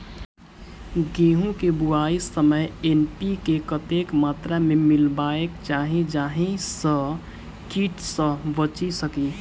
गेंहूँ केँ बुआई समय एन.पी.के कतेक मात्रा मे मिलायबाक चाहि जाहि सँ कीट सँ बचि सकी?